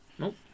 Nope